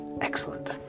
Excellent